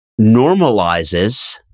normalizes